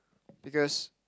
because